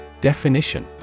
Definition